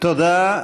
תודה.